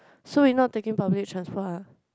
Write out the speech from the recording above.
so we not taking public transport ah